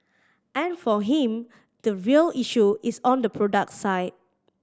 and for him the real issue is on the product side